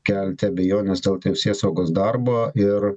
kelti abejones dėl teisėsaugos darbo ir